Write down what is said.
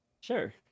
Sure